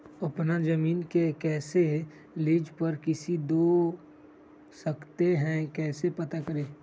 अपना जमीन को कैसे लीज पर किसी को दे सकते है कैसे पता करें?